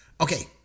Okay